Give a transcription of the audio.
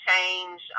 change